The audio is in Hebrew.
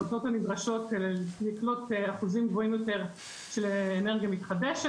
את האותות הנדרשות כדי לקנות אחוזים גבוהים יותר של אנרגיה מתחדשת.